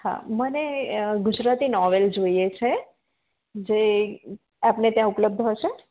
હા મને ગુજરાતી નોવેલ જોઈએ છે જે આપને ત્યાં ઉપલબ્ધ હશે